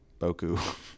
Boku